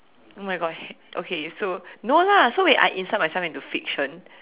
oh my God okay so no lah so when I insert myself into fiction